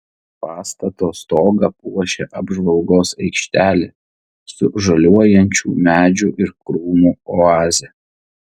pastato stogą puošia apžvalgos aikštelė su žaliuojančių medžių ir krūmų oaze